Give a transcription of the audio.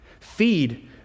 Feed